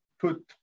put